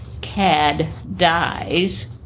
cad-dies